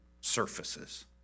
surfaces